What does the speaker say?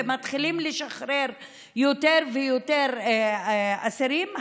ומתחילים לשחרר יותר ויותר אסירים,